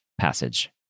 passage